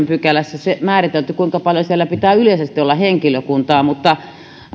pykälässä määritelty se kuinka paljon siellä pitää yleisesti olla henkilökuntaa mutta